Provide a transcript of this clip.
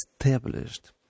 established